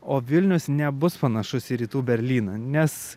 o vilnius nebus panašus į rytų berlyną nes